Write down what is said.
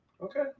Okay